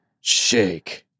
shake